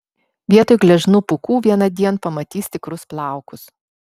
vietoj gležnų pūkų vienądien pamatys tikrus plaukus